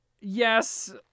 Yes